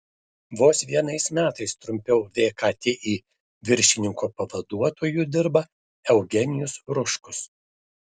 vos vienais metais trumpiau vkti viršininko pavaduotoju dirba eugenijus ruškus